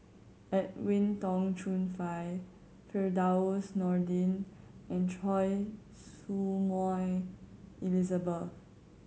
Edwin Tong Chun Fai Firdaus Nordin and Choy Su Moi Elizabeth